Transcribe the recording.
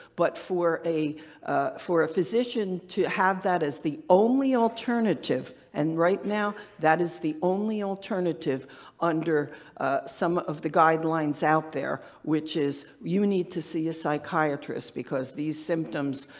but for a for a physician to have that as the only alternative and right now, that is the only alternative under some of the guidelines out there, which is, you need to see a psychiatrist, because these symptoms.